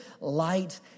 light